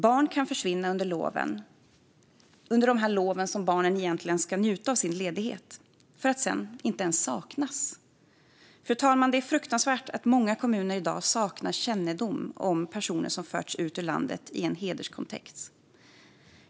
Barn kan försvinna under loven, då barnen egentligen ska njuta av sin ledighet, för att sedan inte ens saknas. Fru talman! Det är fruktansvärt att många kommuner i dag saknar kännedom om personer som har förts ut ur landet i en hederskontext.